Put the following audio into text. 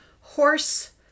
horse